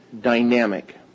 dynamic